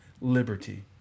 liberty